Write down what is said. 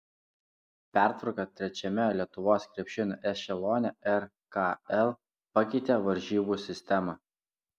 pertvarka trečiame lietuvos krepšinio ešelone rkl pakeitė varžybų sistemą